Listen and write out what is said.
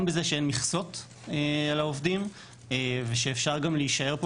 גם בכך שאין מכסות על העובדים ושאפשר גם להישאר פה